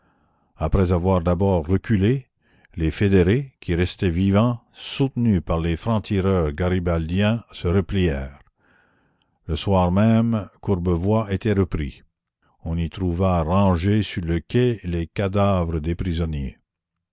après avoir d'abord reculé les fédérés qui restaient vivants soutenus par les francs-tireurs garibaldiens se replièrent le soir même courbevoie était repris on y trouva rangés sur le quai les cadavres des prisonniers